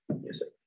music